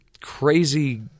crazy